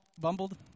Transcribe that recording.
bumbled